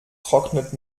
trocknet